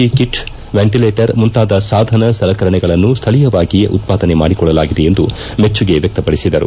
E kit ventilator ಮುಂತಾದ ಸಾಧನ ಸಲಕರಣೆಗಳನ್ನು ಸ್ವೀಯವಾಗಿಯೇ ಉತ್ಪಾದನೆ ಮಾಡಿಕೊಳ್ಳಲಾಗಿದೆ ಎಂದು ಮೆಚ್ಚುಗೆ ವ್ಲಕ್ತಪಡಿಸಿದರು